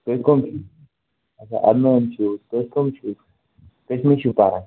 تُہۍ کٕمۍ چھِو اچھا اَدٕنان چھُو تُہۍ کٕمۍ چھِ کٔژمہِ چھِو پَران